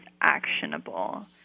actionable